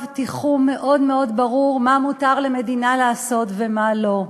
תיחום מאוד מאוד ברור מה מותר למדינה לעשות ומה לא.